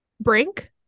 brink